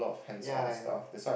ya I know